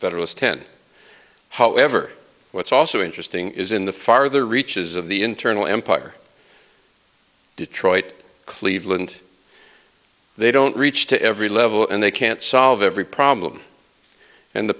federalist ten however what's also interesting is in the farther reaches of the internal empire detroit cleveland they don't reach to every level and they can't solve every problem and the